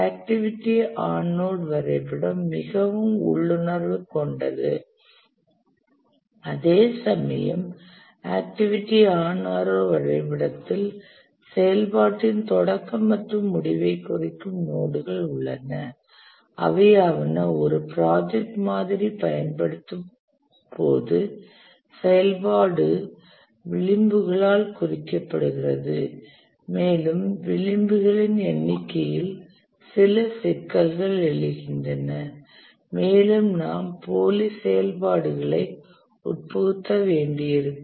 activity on node வரைபடம் மிகவும் உள்ளுணர்வு கொண்டது அதேசமயம் ஆக்டிவிட்டி ஆன் ஆரோ வரைபடத்தில் செயல்பாட்டின் தொடக்க மற்றும் முடிவைக் குறிக்கும் நோடுகள் உள்ளன அவையாவன ஒரு ப்ராஜெக்ட் மாதிரி பயன்படுத்தும்போது செயல்பாடு விளிம்புகளால் குறிக்கப்படுகிறது மேலும் விளிம்புகளின் எண்ணிக்கையில் சில சிக்கல்கள் எழுகின்றன மேலும் நாம் போலி செயல்பாடுகளைச உட்புகுத்த வேண்டியிருக்கும்